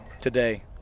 Today